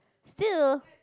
still